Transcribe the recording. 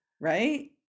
Right